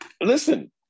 listen